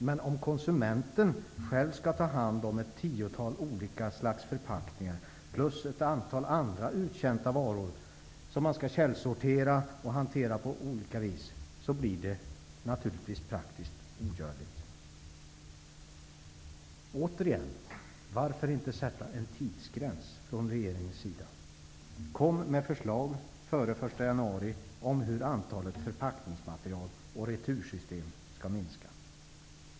Men om konsumenten själv skall ta hand om ett tiotal olika slag av förpackningar plus ett antal andra uttjänta varor, som man skall källsortera och hantera på olika vis, blir det naturligtvis praktiskt ogörligt. Återigen, varför inte sätta en tidsgräns från regeringens sida? Kom med förslag före den 1 januari om hur antalet förpackningsmaterial och retursystem skall minskas!